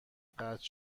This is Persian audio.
قطع